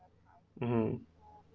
mmhmm